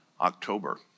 October